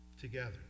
together